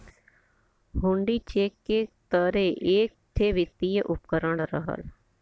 हुण्डी cheque के तरे एक ठे वित्तीय उपकरण रहल